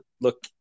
Look